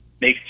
make